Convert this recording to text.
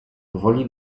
powoli